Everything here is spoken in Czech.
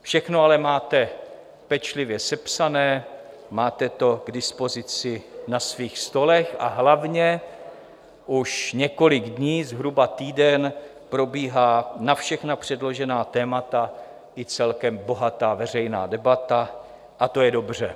Všechno ale máte pečlivě sepsané, máte to k dispozici na svých stolech, a hlavně už několik dní, zhruba týden, probíhá na všechna předložená témata i celkem bohatá veřejná debata, a to je dobře.